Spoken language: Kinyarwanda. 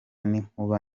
n’inkuba